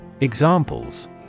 Examples